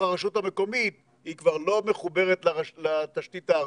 הרשות המקומית היא כבר לא מחוברת לתשתית הארצית.